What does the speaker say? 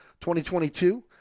2022